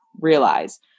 realize